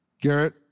Garrett